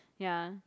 ya